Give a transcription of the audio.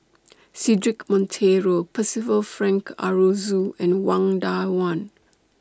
Cedric Monteiro Percival Frank Aroozoo and Wang